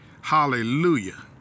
Hallelujah